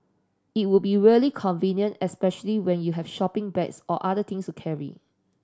it would be really convenient especially when you have shopping bags or other things to carry